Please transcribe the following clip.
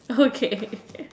okay